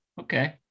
Okay